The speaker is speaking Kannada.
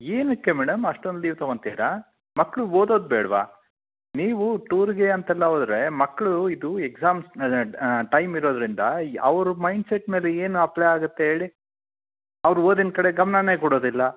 ಏನಕ್ಕೆ ಮೇಡಮ್ ಅಷ್ಟೊಂದು ಲೀವ್ ತಗೊತೀರಾ ಮಕ್ಕಳು ಓದೋದು ಬೇಡವಾ ನೀವು ಟೂರ್ಗೆ ಅಂತೆಲ್ಲ ಹೋದ್ರೆ ಮಕ್ಳು ಇದು ಎಕ್ಸಾಮ್ಸ್ ಟೈಮ್ ಇರೋದರಿಂದ ಯ್ ಅವ್ರ ಮೈಂಡ್ಸೆಟ್ ಮೇಲೆ ಏನು ಅಪ್ಲೈ ಆಗುತ್ತೆ ಹೇಳಿ ಅವ್ರ ಓದಿನ ಕಡೆ ಗಮನನೇ ಕೊಡೋದಿಲ್ಲ